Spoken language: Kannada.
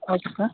ಓಕೆ ಸ